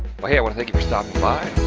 well, hey i wanna thank you for stopping by.